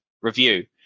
review